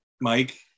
Mike